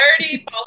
already